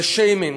זה שיימינג.